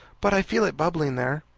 but i feel it bubbling there.